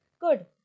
Good